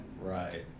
Right